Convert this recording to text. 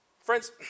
Friends